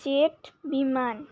jet Biman